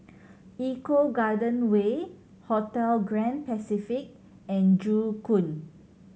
Eco Garden Way Hotel Grand Pacific and Joo Koon